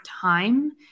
time